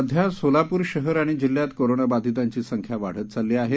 सध्या सोलापूर शहर आणि जिल्ह्यात कोरोना बाधितांची संख्या वाढत चालली आहे